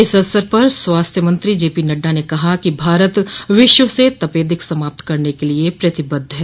इस अवसर पर स्वास्थ्य मंत्री जेपी नड्डा ने कहा कि भारत विश्व से तपेदिक समाप्त करने के लिये प्रतिबद्ध है